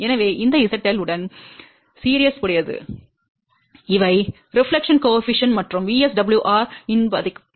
எனவே இந்த ZL உடன் தொடர்புடையது இவை பிரதிபலிப்பு குணகம் மற்றும் VSWR இன் மதிப்புகள்